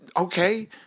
okay